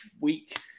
week